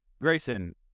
Grayson